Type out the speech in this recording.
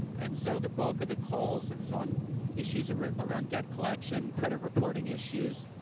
and so the bulk of the calls is on issues around debt collection, credit reporting issues,